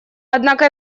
однако